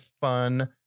fun